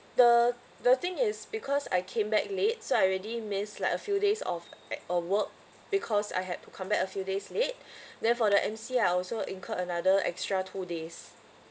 the the thing is because I came back late so I already miss like a few days of of work because I had to come back a few days late then for the M_C I also incurred another extra two days